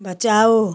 बचाओ